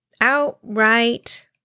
outright